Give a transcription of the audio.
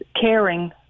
caring